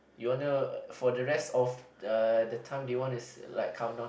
you wanna for the rest of uh the time do you wanna si~ like countdown